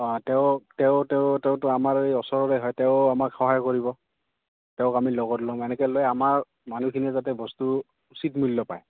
অঁ তেওঁক তেওঁ তেওঁ তেওঁটো আমাৰ এই ওচৰৰে হয় তেওঁ আমাক সহায় কৰিব তেওঁক আমি লগত লওঁ এনেকে লৈ আমাৰ মানুহখিনিয়ে যাতে বস্তু উচিত মূল্য পায়